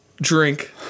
drink